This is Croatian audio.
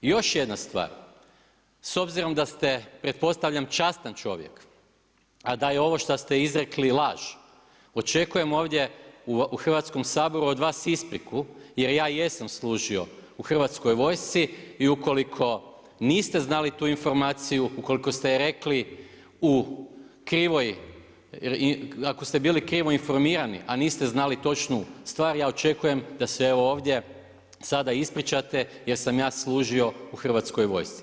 Još jedna stvar, s obzirom da ste pretpostavljam častan čovjek a da je ovo što se izrekli laž očekujem ovdje u Hrvatskom saboru od vas ispriku jer ja jesam služio u Hrvatskoj vojsci i ukoliko niste znali tu informaciju, ukoliko ste ju rekli u krivoj, ako ste bili krivo informirani a niste znali točnu stvar ja očekujem da se evo ovdje sada ispričate jer sam ja služio u Hrvatskoj vojsci.